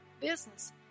business